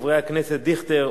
חברי הכנסת דיכטר,